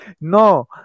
no